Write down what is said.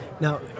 Now